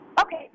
Okay